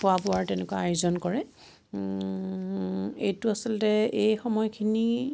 খোৱা বোৱাৰ তেনেকুৱা আয়োজন কৰে এইটো আচলতে এই সময়খিনি